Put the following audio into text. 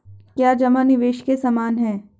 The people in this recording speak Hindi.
क्या जमा निवेश के समान है?